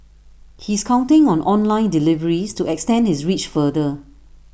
he is counting on online deliveries to extend his reach farther